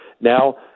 Now